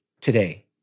today